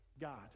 God